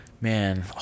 Man